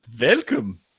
welcome